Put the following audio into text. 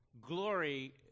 glory